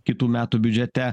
kitų metų biudžete